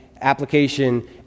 Application